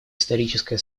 историческое